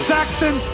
Saxton